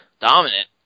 Dominant